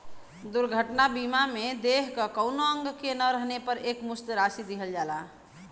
दुर्घटना बीमा में देह क कउनो अंग के न रहे पर एकमुश्त राशि दिहल जाला